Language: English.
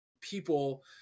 people